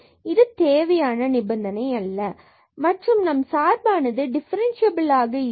இது தேவையான நிபந்தனை அல்ல மற்றும் நம் சார்பானது டிஃபரண்ட்சியபிளாக இருக்கும்